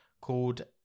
Called